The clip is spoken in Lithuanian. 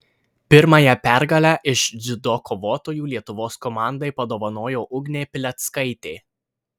pirmąją pergalę iš dziudo kovotojų lietuvos komandai padovanojo ugnė pileckaitė